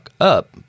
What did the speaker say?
up